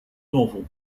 novel